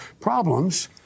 problems